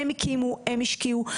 הם הקימו, הם השקיעו.